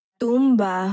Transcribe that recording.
tumba